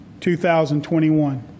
2021